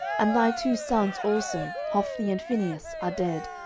and thy two sons also, hophni and phinehas, are dead,